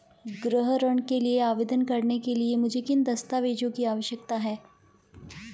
गृह ऋण के लिए आवेदन करने के लिए मुझे किन दस्तावेज़ों की आवश्यकता है?